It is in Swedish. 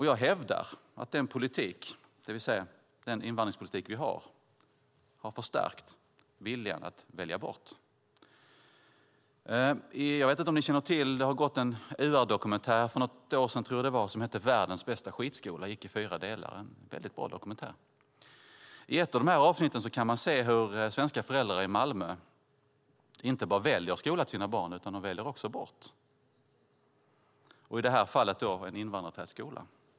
Jag hävdar att den politik, det vill säga den invandringspolitik vi har har förstärkt viljan att välja bort. Jag vet inte om ni känner till det, men det har för något år sedan, tror jag att det var, gått en UR-dokumentär som hette Världens bästa skitskola . Den gick i fyra delar. Det var en väldigt bra dokumentär. I ett av de avsnitten kan man se hur svenska föräldrar i Malmö inte bara väljer skola till sina barn utan de väljer också bort - i det här fallet en invandrartät skola.